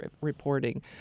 reporting